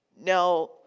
now